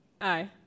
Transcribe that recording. Aye